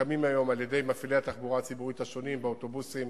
הקמים היום על-ידי מפעילי התחבורה הציבורית השונים באוטובוסים,